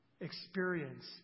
experience